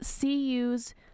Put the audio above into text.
CU's